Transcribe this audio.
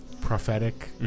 prophetic